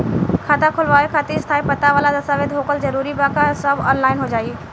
खाता खोलवावे खातिर स्थायी पता वाला दस्तावेज़ होखल जरूरी बा आ सब ऑनलाइन हो जाई?